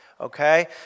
Okay